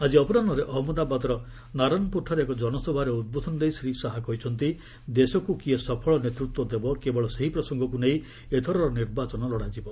ଆଜି ଅପରାହ୍ରରେ ଅହମ୍ମଦାବାଦର ନାରନ୍ପୁରାଠାରେ ଏକ ଜନସଭାରେ ଉଦ୍ବୋଧନ ଦେଇ ଶ୍ରୀ ଶାହା କହିଛନ୍ତି ଦେଶକୁ କିଏ ସଫଳ ନେତୃତ୍ୱ ଦେବ କେବଳ ସେହି ପ୍ରସଙ୍ଗକୁ ନେଇ ଏଥରର ନିର୍ବାଚନ ଲଢ଼ାଯିବ